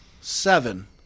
Seven